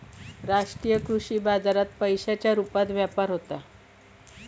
राष्ट्रीय कृषी बाजारात पैशांच्या रुपात व्यापार होता